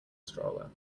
stroller